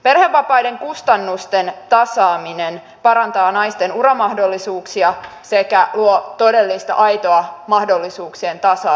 perhevapaiden kustannusten tasaaminen parantaa naisten uramahdollisuuksia sekä luo todellista aitoa mahdollisuuksien tasa arvoa työelämään